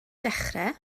dechrau